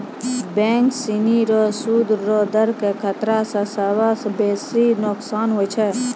bank सिनी रो सूद रो दर के खतरा स सबसं बेसी नोकसान होय छै